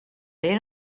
they